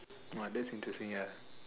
what that's interesting ya